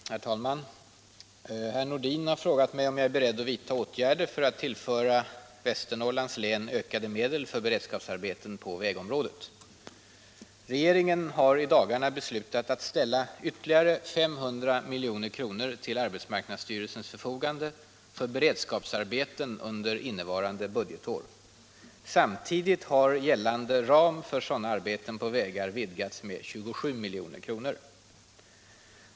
Herr talman! Herr Nordin har frågat mig om jag är beredd vidtaga åtgärder för att tillföra Västernorrlands län ökade medel för beredskapsarbeten på vägområdet. Regeringen har i dagarna beslutat att ställa ytterligare 500 milj.kr. till arbetsmarknadsstyrelsens förfogande för beredskapsarbeten under innevarande budgetår. Samtidigt har gällande ram för sådana arbeten på vägar vidgats med 27 milj.kr.